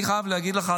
אני חייב להגיד לך,